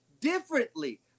differently